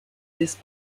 this